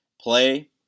Play